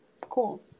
Cool